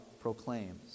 proclaims